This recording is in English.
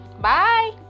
bye